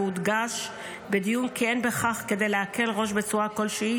והודגש בדיון כי אין בכך כדי להקל ראש בצורה כלשהי